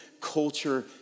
culture